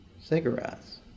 cigarettes